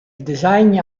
design